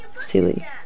Silly